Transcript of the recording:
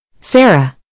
Sarah